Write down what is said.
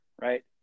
right